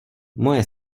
moje